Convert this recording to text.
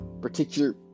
particular